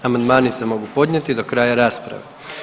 Amandmani se mogu podnijeti do kraja rasprave.